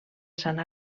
sant